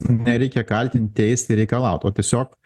nereikia kaltint teist ir reikalaut o tiesiog